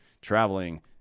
Traveling